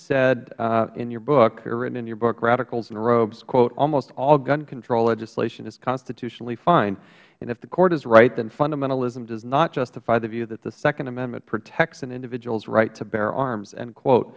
said in your book written in your book radicals and robes almost all gun control legislation is constitutionally fine and if the court is right then fundamentalism does not justify the view that the second amendment protects an individual's right to bear arms